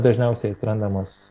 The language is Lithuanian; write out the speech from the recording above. dažniausiai atrandamos